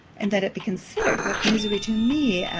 and let it be considered, what misery to me,